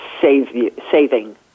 saving